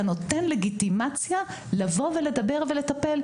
אתה נותן לגיטימציה לבוא ולדבר ולטפל.